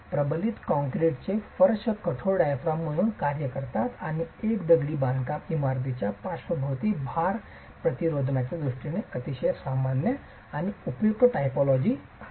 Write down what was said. प्रबलित कंक्रीटचे फर्श कठोर डायाफ्राम म्हणून कार्य करतात आणि एक दगडी बांधकाम इमारतीच्या पार्श्ववर्ती भार प्रतिरोधनाच्या दृष्टीने अतिशय सामान्य आणि उपयुक्त टिपोलॉजी आहे